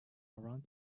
around